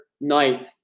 night